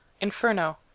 inferno